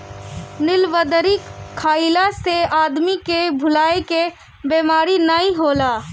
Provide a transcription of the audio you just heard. नीलबदरी खइला से आदमी के भुलाए के बेमारी नाइ होला